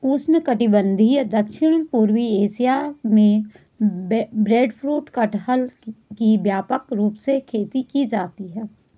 उष्णकटिबंधीय दक्षिण पूर्व एशिया में ब्रेडफ्रूट कटहल की व्यापक रूप से खेती की जाती है